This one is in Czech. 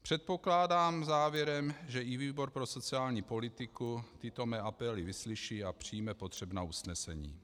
Předpokládám závěrem, že i výbor pro sociální politiku tyto mé apely vyslyší a přijme potřebná usnesení.